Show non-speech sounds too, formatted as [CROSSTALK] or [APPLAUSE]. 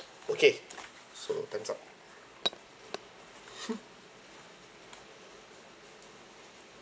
okay so time's up [LAUGHS]